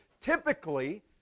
typically